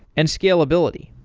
and scalability.